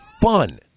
fun